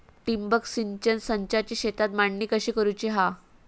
ठिबक सिंचन संचाची शेतात मांडणी कशी करुची हा?